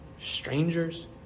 strangers